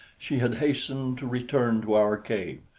she had hastened to return to our cave.